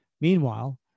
Meanwhile